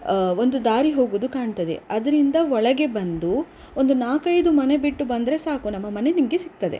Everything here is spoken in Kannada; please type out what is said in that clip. ಒಂದು ದಾರಿ ಹೋಗೋದು ಕಾಣ್ತದೆ ಅದ್ರಿಂದ ಒಳಗೆ ಬಂದು ಒಂದು ನಾಲ್ಕೈದು ಮನೆ ಬಿಟ್ಟು ಬಂದರೆ ಸಾಕು ನಮ್ಮ ಮನೆ ನಿಮಗೆ ಸಿಗ್ತದೆ